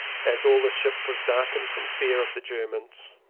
as all the ship was darkened from fear of the germans.